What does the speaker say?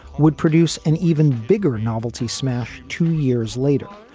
would produce an even bigger novelty smash. two years later,